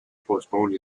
postponed